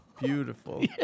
Beautiful